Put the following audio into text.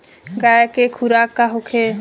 गाय के खुराक का होखे?